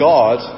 God